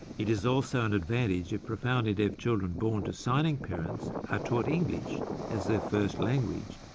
it is also an advantage if profoundly deaf children born to signing parents are taught english as their first language,